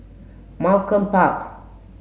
Malcolm Park